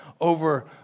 over